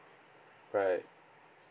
right